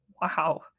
Wow